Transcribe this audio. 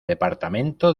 departamento